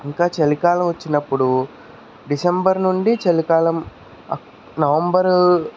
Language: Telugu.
ఇంకా చలికాలం వచ్చినప్పుడు డిసెంబర్ నుండి చలికాలం అక్ నవంబరు